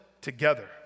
together